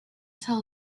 tell